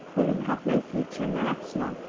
women have no future and they ask none.